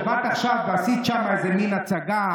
שבאת עכשיו ועשית שם איזה מין הצגה,